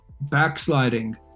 backsliding